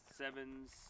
sevens